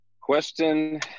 Question